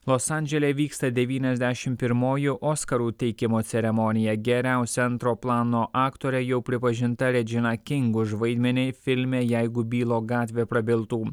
los andžele vyksta devyniasdešimt pirmoji oskarų įteikimo ceremonija geriausia antro plano aktore jau pripažinta redžina king už vaidmenį filme jeigu bylo gatvė prabiltų